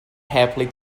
happily